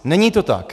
Není to tak.